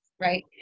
right